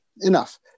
enough